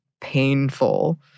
painful